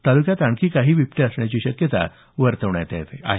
तालुक्यात आणखी काही बिबटे असण्याची शक्यता वर्तवण्यात येत आहे